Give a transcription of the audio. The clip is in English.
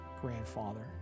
grandfather